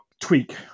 tweak